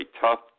tough